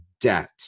debt